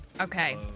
Okay